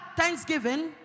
thanksgiving